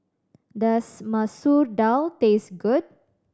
does Masoor Dal taste good